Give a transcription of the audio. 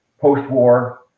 post-war